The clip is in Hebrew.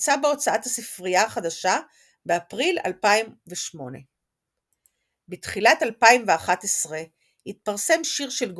יצא בהוצאת "הספריה החדשה" באפריל 2008. בתחילת 2011 התפרסם שיר של גרוסמן,